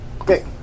Okay